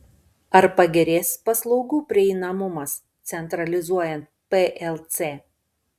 ar pagerės paslaugų prieinamumas centralizuojant plc